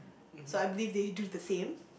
so I believe they do the same